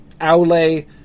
Aule